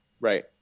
Right